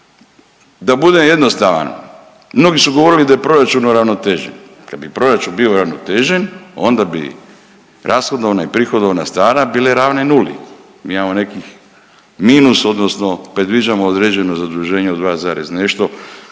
Da budem jednostavan mnogi su govorili da je proračun uravnotežen. Kad bi proračun bio uravnotežen onda bi rashodovna i prihodovna strana bile ravne nuli. Mi imamo neki minus, odnosno predviđamo određeno zaduženje od 2 zarez nešto